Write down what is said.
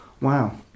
wow